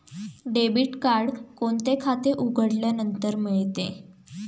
Debit card कोणते खाते उघडल्यानंतर मिळते?